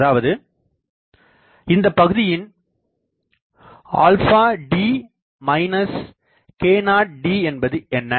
அதாவது இந்த பகுதியின் αd k0d என்பது என்ன